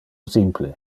simple